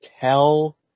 tell